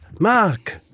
mark